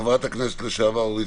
חברת הכנסת לשעבר אורית